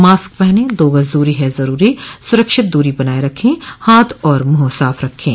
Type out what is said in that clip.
mask पहनें दो गज़ दूरी है ज़रूरी सुरक्षित दूरी बनाए रखें हाथ और मुंह साफ़ रखें